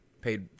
Paid